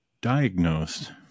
diagnosed